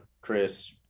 Chris